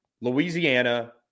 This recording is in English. Louisiana